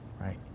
Right